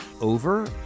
over